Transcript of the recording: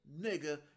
nigga